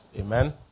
amen